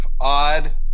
odd